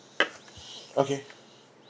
okay